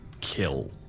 kill